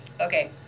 Okay